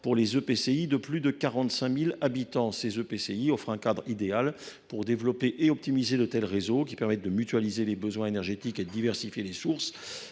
(EPCI) de plus de 45 000 habitants. Ces collectivités offrent un cadre idéal pour développer et optimiser de tels réseaux, car elles permettent de mutualiser les besoins énergétiques et de diversifier les sources.